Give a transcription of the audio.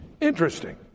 Interesting